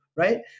right